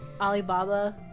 Alibaba